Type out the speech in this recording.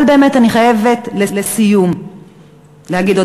אבל באמת אני חייבת לסיום להגיד עוד